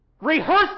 Rehearse